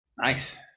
nice